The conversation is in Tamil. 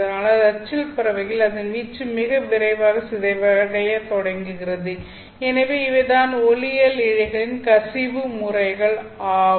ஆனால் அது அச்சில் பரவுகையில் அதன் வீச்சு மிக விரைவாக சிதைவடையத் தொடங்குகிறது எனவே இவை தான் ஒளியியல் இழைகளின் கசிவு முறைகள் ஆகும்